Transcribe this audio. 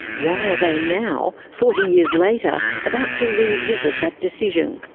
why are they now, forty years later, about to revisit that decision?